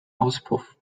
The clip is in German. auspuff